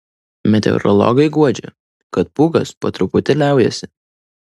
meteorologai guodžia kad pūgos po truputį liaujasi